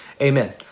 Amen